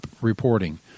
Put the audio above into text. reporting